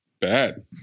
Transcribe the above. bad